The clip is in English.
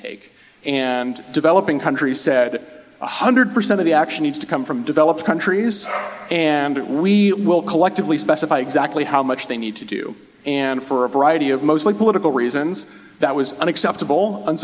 take and developing countries said one hundred percent of the action needs to come from developed countries and we will collectively specify exactly how much they need to do and for a variety of mostly political reasons that was unacceptable and